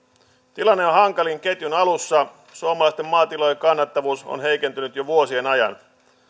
tilanne on hankalin ketjun alussa suomalaisten maatilojen kannattavuus on heikentynyt jo vuosien ajan